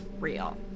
real